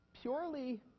purely